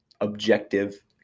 objective